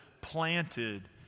planted